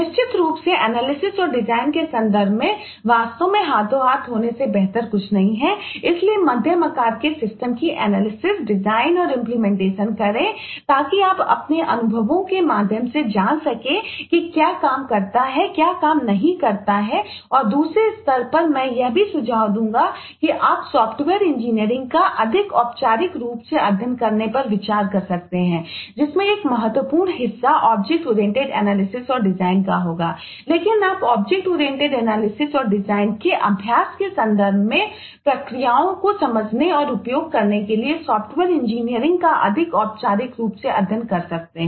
निश्चित रूप से एनालिसिस के अभ्यास के संदर्भ में प्रक्रियाओं को समझने और उपयोग करने के लिए सॉफ़्टवेयर इंजीनियरिंग का अधिक औपचारिक रूप से अध्ययन कर सकते हैं